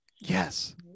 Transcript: Yes